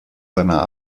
seiner